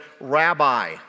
rabbi